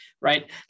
right